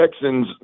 Texans